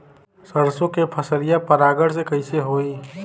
सरसो के फसलिया परागण से कईसे होई?